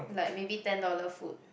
like maybe ten dollar food